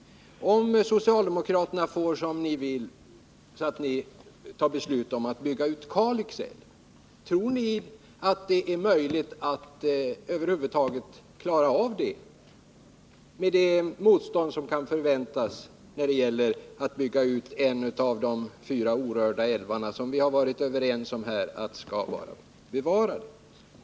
Om socialdemo kraterna får som de vill och beslutar att bygga ut Kalix älv, tror ni då att det är möjligt med det motstånd som kan förväntas mot att bygga ut en av de fyra orörda älvarna som vi har varit överens om att bevara?